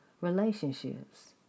relationships